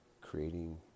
creating